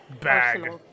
bag